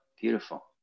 beautiful